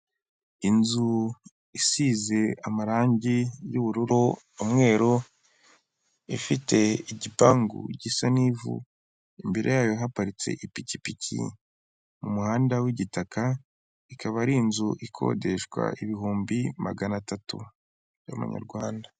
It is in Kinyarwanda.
Inzu isize amarangi y'ubururu umweru ifite igipangu gisa n'ivu, imbere yayo haparitse ipikipiki muhanda w'igitaka, ikaba ari inzu ikodeshwa ibihumbi magana atatu y'amanyarwanda.